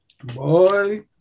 Boy